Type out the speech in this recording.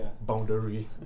boundary